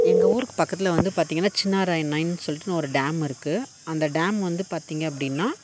எங்கள் ஊருக்குப் பக்கத்தில் வந்து பார்த்தீங்கன்னா சின்னராயன் நைன் சொல்லிட்டு ஒரு டேம் இருக்குது அந்த டேம் வந்து பார்த்தீங்க அப்படின்னா